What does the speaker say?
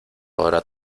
ahora